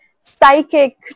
psychic